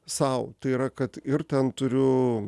sau tai yra kad ir ten turiu